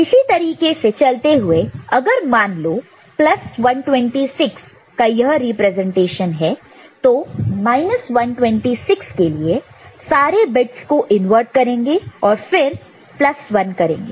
इसी तरीके से चलते हुए अगर मान लो 126 का यह रिप्रेजेंटेशन है तो 126 के लिए सारे बिट्स को इनवर्ट करेंगे और फिर प्लस 1 करेंगे